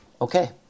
Okay